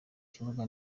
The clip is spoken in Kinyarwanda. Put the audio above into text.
kibuga